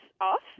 off